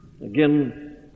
Again